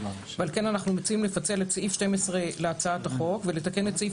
ועל כן אנחנו מציעים לפצל את סעיף 12 להצעת החוק ולתקן את סעיף